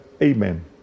Amen